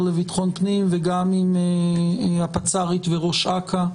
לביטחון הפנים וגם עם הפצ"רית וראש האכ"א,